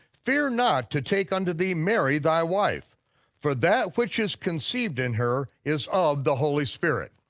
fear not to take unto thee mary thy wife for that which is conceived in her is of the holy spirit.